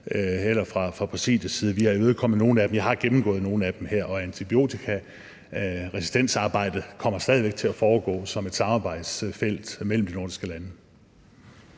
nogle af dem. Jeg har gennemgået nogle af dem her. Og antibiotikaresistensarbejdet kommer stadig væk til at foregå som et samarbejdsfelt mellem de nordiske lande.